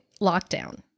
lockdown